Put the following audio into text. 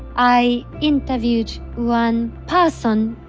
i interviewed one person.